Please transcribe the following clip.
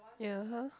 ya !huh!